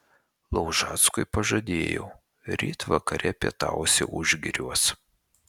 laužackui pažadėjau ryt vakare pietausi užgiriuos